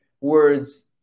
words